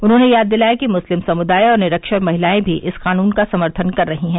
उन्होंने याद दिलाया कि मुस्लिम समुदाय और निरक्षर महिलाए भी इस कानून का समर्थन कर रही हैं